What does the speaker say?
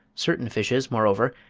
certain fishes, moreover,